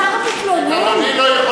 השר מתלונן?